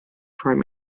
prime